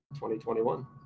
2021